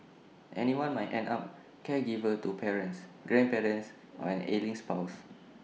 anyone might end up caregiver to parents grandparents or an ailing spouse